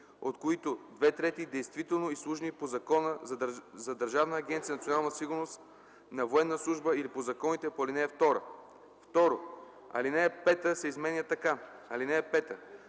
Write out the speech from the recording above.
от които две трети действително изслужени по Закона за Държавна агенция „Национална сигурност", на военна служба или по законите по ал. 2.” 2. Алинея 5 се изменя така: „(5)